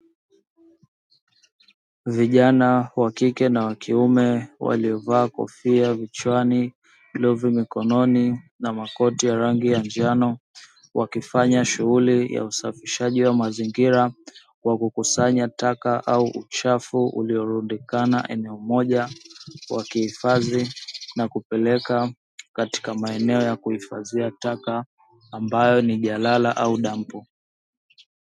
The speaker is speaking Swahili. Vijana wa kike na wakiume walio vaa kofia vichwani, glovu mikononi na makoti ya rangi ya njano wakifanya shughuli ya usafishaji wa mazingira wa kukusanya taka au uchafu uliorundikana eneo moja wakihifadhi na kupeleka katika maeneo ya kuhifadhia taka ambayo ni jalala au dampo.